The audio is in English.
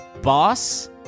boss